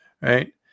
right